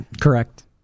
Correct